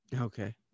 Okay